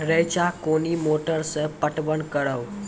रेचा कोनी मोटर सऽ पटवन करव?